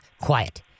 quiet